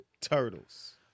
Turtles